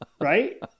Right